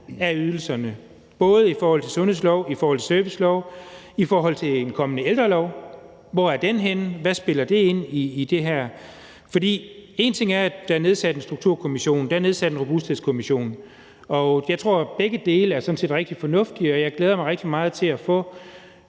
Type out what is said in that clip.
af ydelserne, både i forhold til sundhedsloven, i forhold til serviceloven og også i forhold til en kommende ældrelov; hvor er den henne, og hvad spiller det ind med i det her? For én ting er, at der er nedsat en Sundhedsstrukturkommission og der er nedsat en Robusthedskommission – jeg tror, begge dele sådan set er rigtig fornuftige, og jeg glæder mig rigtig meget til at få